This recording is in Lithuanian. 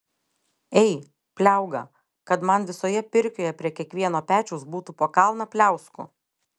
ei pliauga kad man visoje pirkioje prie kiekvieno pečiaus būtų po kalną pliauskų